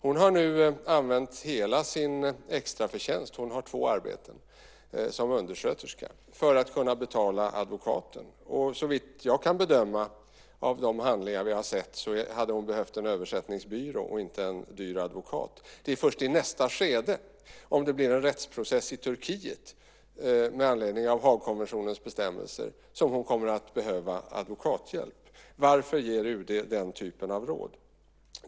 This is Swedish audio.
Hon har nu använt hela sin extraförtjänst - hon har två arbeten och arbetar som undersköterska - för att kunna betala advokaten. Såvitt jag kan bedöma av de handlingar som vi har sett hade hon behövt hjälp från en översättningsbyrå och inte en dyr advokat. Det är först i nästa skede, om det blir en rättsprocess i Turkiet med anledning av Haagkonventionens bestämmelser, som hon kommer att behöva advokathjälp. Varför ger UD den typen av råd?